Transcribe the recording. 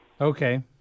Okay